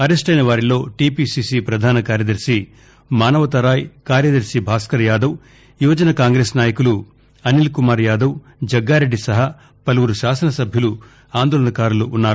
అరెస్టెయిన వారిలో టీపీసీసీ పధాన కార్యదర్శి మానవతా రాయ్ కార్యదర్శి భాస్కర్యాదవ్ యువజన కాంగ్రెస్ నాయకులు అనీల్కుమార్యాదవ్ జగ్గారెడ్డి సహా పలువురు శాసనసభ్యులు ఆందోళనకారులు ఉన్నారు